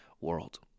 world